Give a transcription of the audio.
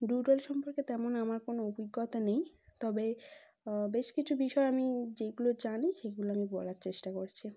doodle সম্পর্কে তেমন আমার কোনো অভিজ্ঞতা নেই তবে বেশ কিছু বিষয় আমি যেইগুলো জানি সেইগুলো আমি বলার চেষ্টা করছি